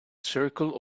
circle